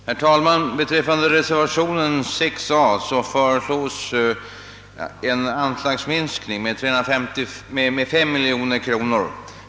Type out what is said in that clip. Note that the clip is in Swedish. Herr talman! I reservation 6 a föreslås en anslagsminskning med 5 miljoner kronor.